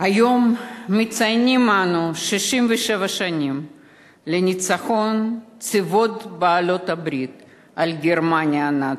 היום מציינים אנו 67 שנים לניצחון צבאות בעלות הברית על גרמניה הנאצית.